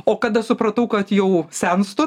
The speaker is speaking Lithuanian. o kada supratau kad jau senstu